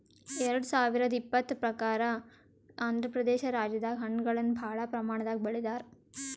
ಎರಡ ಸಾವಿರದ್ ಇಪ್ಪತರ್ ಪ್ರಕಾರ್ ಆಂಧ್ರಪ್ರದೇಶ ರಾಜ್ಯದಾಗ್ ಹಣ್ಣಗಳನ್ನ್ ಭಾಳ್ ಪ್ರಮಾಣದಾಗ್ ಬೆಳದಾರ್